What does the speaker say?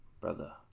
brother